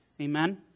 Amen